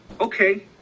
okay